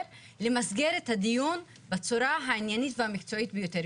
למסגר את הדיון בצורה העניינית והמקצועית ביותר.